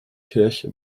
kirche